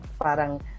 parang